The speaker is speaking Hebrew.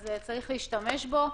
אז צריך להשתמש בו.